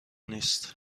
نیست